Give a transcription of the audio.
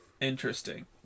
Interesting